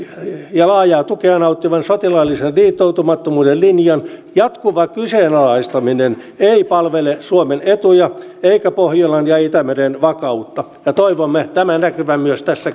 ja laajaa tukea nauttivan sotilaallisen liittoutumattomuuden linjan jatkuva kyseenalaistaminen ei palvele suomen etuja eikä pohjolan ja itämeren vakautta toivomme tämän näkyvän myös tässä